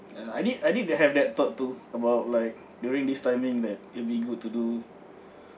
uh I need I need to have that thought too about like during this timing that it'll be good to do